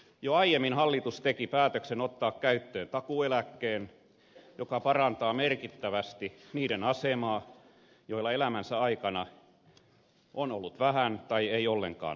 jo aiemmin hallitus teki päätöksen ottaa käyttöön takuueläkkeen joka parantaa merkittävästi niiden asemaa joilla elämänsä aikana on ollut vähän tai ei ollenkaan tuloja